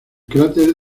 cráter